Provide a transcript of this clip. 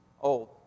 old